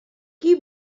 qui